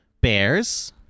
bears